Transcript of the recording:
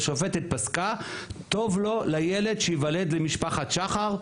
השופטת פסקה טוב לו לילד שייוולד למשפחת שחר.